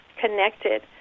connected